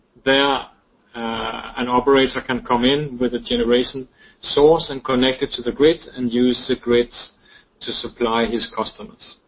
there an operator can come in with a generation source and connect it to the grid and use the grid to supply his customers.